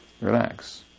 Relax